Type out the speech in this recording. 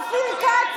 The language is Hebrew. אופיר כץ,